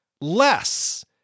less